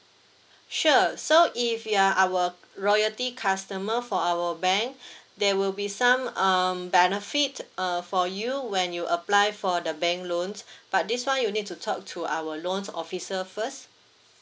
sure so if you are our royalty customer for our bank there will be some um benefit err for you when you apply for the bank loans but this one you need to talk to our loans officer first